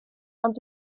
ond